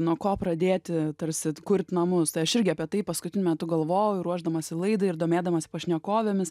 nuo ko pradėti tarsit kurt namus tai aš irgi apie tai paskutiniu metu galvoju i ruošdamasi laidai ir domėdamasi pašnekovėmis